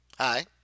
hi